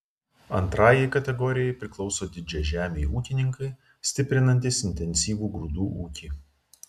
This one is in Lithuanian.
antrajai kategorijai priklauso didžiažemiai ūkininkai stiprinantys intensyvų grūdų ūkį